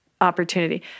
opportunity